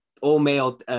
all-male